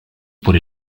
por